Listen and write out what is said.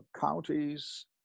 counties